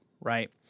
right